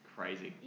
Crazy